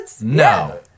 No